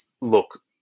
look